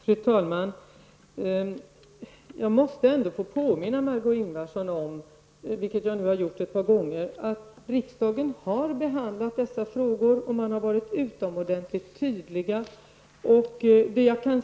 Fru talman! Jag måste ändå få påminna Margó Ingvardsson om, vilket jag nu har gjort ett par gånger, att riksdagen har behandlat dessa frågor och varit utomordentligt tydlig.